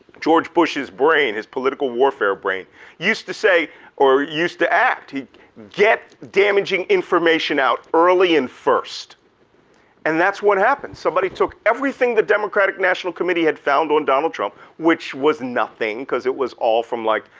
george bush's brain, his political warfare brain used to say or used to act, he'd get damaging information out early and first and that's what happened. somebody took everything the democratic national committee had found on donald trump, which was nothing cause it was all from like,